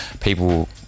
people